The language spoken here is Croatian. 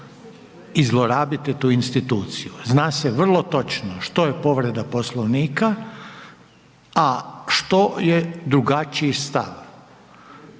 i zlorabite tu instituciju, zna se vrlo točno što je povreda Poslovnika, a što je drugačiji stav.